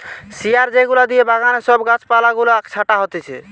শিয়ার যেগুলা দিয়ে বাগানে সব গাছ পালা গুলা ছাটা হতিছে